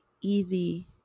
easy